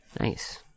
Nice